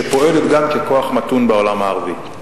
שפועלת גם ככוח מתון בעולם הערבי.